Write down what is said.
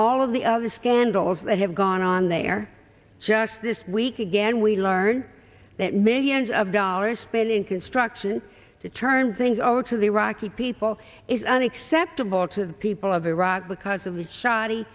all of the other scandals that have gone on there just this week again we learn that millions of dollars spent in construction to turn things over to the iraqi people is unacceptable to the people of iraq because of the sho